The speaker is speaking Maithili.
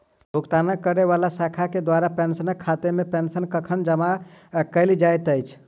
भुगतान करै वला शाखा केँ द्वारा पेंशनरक खातामे पेंशन कखन जमा कैल जाइत अछि